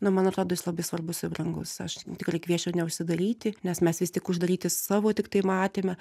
na man atrodo jis labai svarbus ir brangus aš tikrai kviesčiau neužsidaryti nes mes vis tik uždaryti savo tiktai matyme